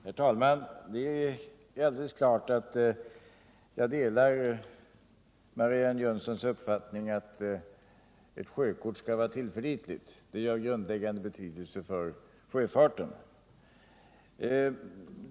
Herr talman! Det är alldeles klart att jag delar Marianne Jönssons uppfattning att ett sjökort skall vara tillförlitligt. Det är av grundläggande betydelse för sjöfarten.